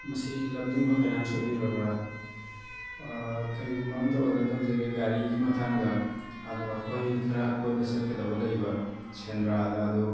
ꯃꯁꯤ ꯂꯝꯖꯤꯡꯕ ꯐꯥꯏꯅꯥꯟꯁ ꯑꯣꯏꯕꯤꯔꯕ꯭ꯔꯥ ꯀꯩꯒꯨꯝꯕ ꯑꯝꯇ ꯑꯣꯔꯗꯔ ꯇꯧꯖꯒꯦ ꯒꯥꯔꯤꯒꯤ ꯃꯇꯥꯡꯗ ꯑꯗꯣ ꯑꯩꯈꯣꯏ ꯈꯔ ꯀꯣꯏꯕ ꯆꯠꯀꯗꯕ ꯂꯩꯕ ꯁꯦꯟꯗ꯭ꯔꯥꯗ ꯑꯗꯣ